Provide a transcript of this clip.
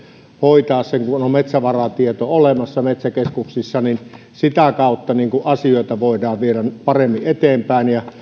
hoitaa sen kun on on metsävaratieto olemassa metsäkeskuksissa niin sitä kautta asioita voidaan viedä paremmin eteenpäin